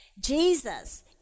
Jesus